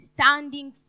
Standing